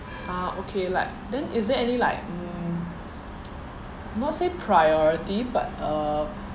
ah okay like then is there any like mm not say priority but uh